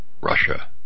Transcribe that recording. Russia